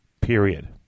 period